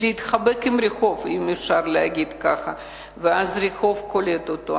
להתחבר עם הרחוב, ואז הרחוב קולט אותו.